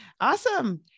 awesome